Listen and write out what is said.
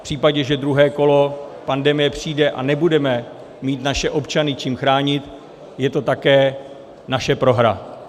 V případě, že druhé kolo pandemie přijde a nebudeme mít naše občany čím chránit, je to také naše prohra.